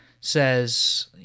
says